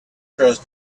trust